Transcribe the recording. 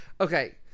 Okay